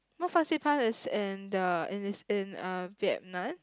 Mount-Fansipan is in the it is in uh Vietnam